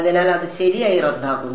അതിനാൽ അത് ശരിയായി റദ്ദാക്കുന്നു